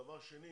דבר שני